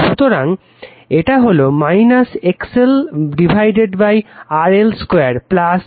সুতরাং এখানে এটা হলো XLRL 2 XL 2 কাল্পনিক দিকে